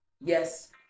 Yes